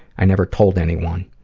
i never told anyone.